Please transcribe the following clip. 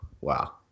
wow